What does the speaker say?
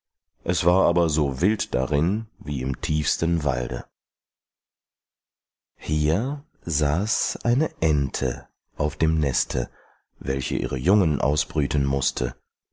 es war aber so wild darin wie im tiefsten walde hier saß eine ente auf dem neste welche ihre jungen ausbrüten mußte